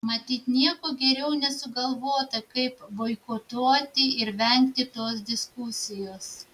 matyt nieko geriau nesugalvota kaip boikotuoti ir vengti tos diskusijos